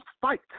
fight